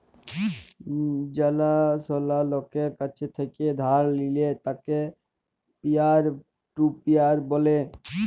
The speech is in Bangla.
জালা সলা লকের কাছ থেক্যে ধার লিলে তাকে পিয়ার টু পিয়ার ব্যলে